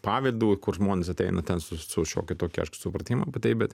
pavydu kur žmonės ateina ten su su šiokia tokia supratima taip bet